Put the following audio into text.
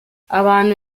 abantu